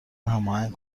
هماهنگ